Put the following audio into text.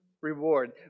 reward